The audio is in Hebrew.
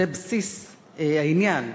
זה בסיס העניין.